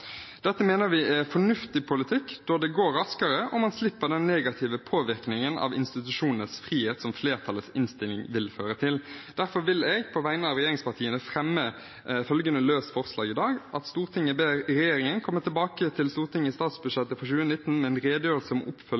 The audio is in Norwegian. Dette mener vi er fornuftig politikk. Det går raskere, og man slipper den negative påvirkningen av institusjonenes frihet som flertallets innstilling vil føre til. Derfor vil jeg på vegne av regjeringspartiene fremme følgende forslag: «Stortinget ber regjeringen komme tilbake til Stortinget i statsbudsjettet for 2019 med en redegjørelse om